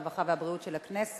הרווחה והבריאות נתקבלה.